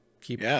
Keep